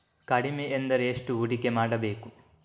ಕಡಿಮೆ ಎಂದರೆ ಎಷ್ಟು ಹೂಡಿಕೆ ಮಾಡಬೇಕು?